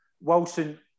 Wilson